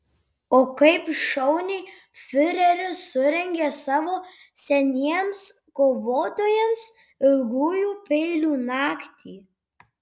o kaip šauniai fiureris surengė savo seniems kovotojams ilgųjų peilių naktį